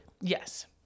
yes